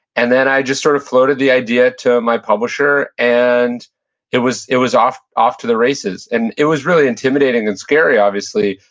and then i just sort of floated the idea to my publisher, and it was it was off off to the races. and it was really intimidating and scary, obviously,